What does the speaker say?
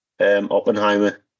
Oppenheimer